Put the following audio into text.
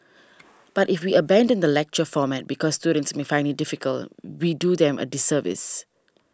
but if we abandon the lecture format because students may find it difficult we do them a disservice